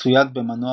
צויד במנוע